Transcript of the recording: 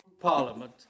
Parliament